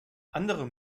andere